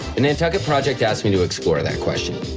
the nantucket project asked me to explore that question,